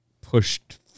pushed